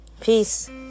Peace